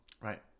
right